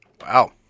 Wow